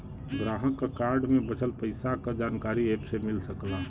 ग्राहक क कार्ड में बचल पइसा क जानकारी एप से मिल सकला